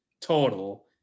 total